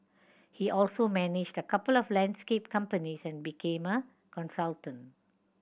he also managed a couple of landscape companies and became a consultant